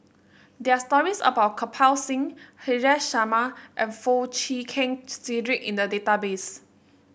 there are stories about Kirpal Singh Haresh Sharma and Foo Chee Keng Cedric in the database